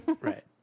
right